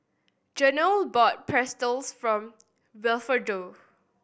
Jenelle bought Pretzel form Wilfredo